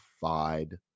fide